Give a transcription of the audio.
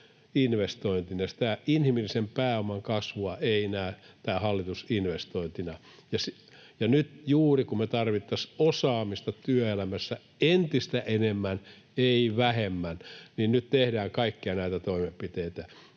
ei näe inhimillisen pääoman kasvua investointina, ja juuri nyt, kun me tarvittaisiin osaamista työelämässä entistä enemmän, ei vähemmän, tehdään kaikkia näitä toimenpiteitä.